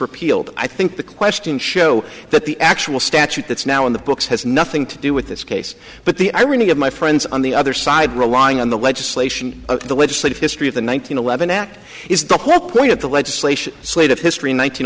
repealed i think the question show that the actual statute that's now in the books has nothing to do with this case but the irony of my friends on the other side relying on the legislation the legislative history of the nine hundred eleven act is the whole point of the legislation slate of history in